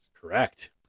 Correct